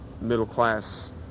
middle-class